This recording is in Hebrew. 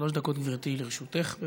שלוש דקות, גברתי, לרשותך.